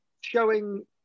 showing